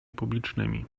publicznymi